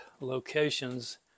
locations